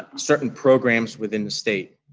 certain programs within the state.